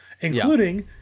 including